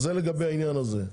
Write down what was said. זה לגבי העניין הזה,